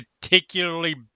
particularly